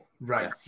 Right